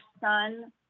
son